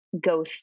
go